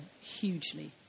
hugely